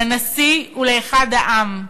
לנשיא, ולאחד העם.